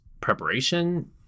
preparation